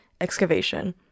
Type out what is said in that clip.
excavation